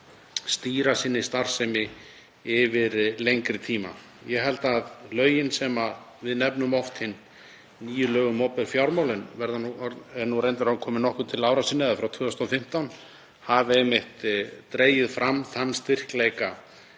stýra sinni starfsemi yfir lengri tíma. Ég held að lögin, sem við nefnum oft hin nýju lög um opinber fjármál en verða nú reyndar komin nokkuð til ára sinna, eru frá 2015, hafi einmitt dregið fram þann styrkleika